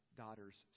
daughter's